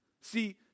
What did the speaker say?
See